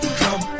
come